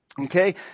okay